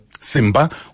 Simba